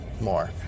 more